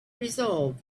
resolved